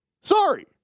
Sorry